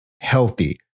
healthy